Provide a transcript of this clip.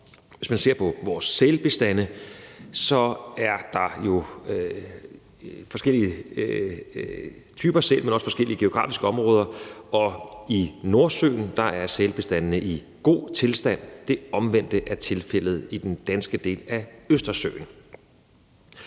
Hvis man ser på vores sælbestande, er der jo forskellige typer sæl, men også fordelt i forskellige geografiske områder. I Nordsøen er sælbestandene i god tilstand. Det omvendte er tilfældet i den danske del af Østersøen.